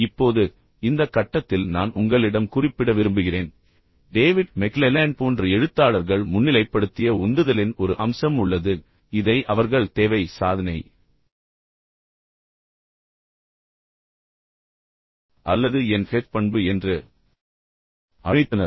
இப்போது இந்த கட்டத்தில் நான் உங்களிடம் குறிப்பிட விரும்புகிறேன் டேவிட் மெக்லெலேண்ட் போன்ற எழுத்தாளர்கள் முன்னிலைப்படுத்திய உந்துதலின் ஒரு அம்சம் உள்ளது இதை அவர்கள் தேவை சாதனை அல்லது NH பண்பு என்று அழைத்தனர்